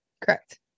Correct